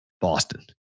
Boston